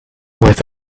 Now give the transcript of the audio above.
with